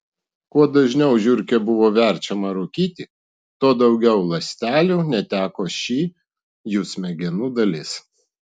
kuo dažniau žiurkė buvo verčiama rūkyti tuo daugiau ląstelių neteko ši jų smegenų dalis